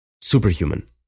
superhuman